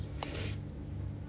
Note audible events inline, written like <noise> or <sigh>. <noise>